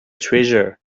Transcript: treasure